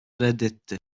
reddetti